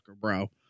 bro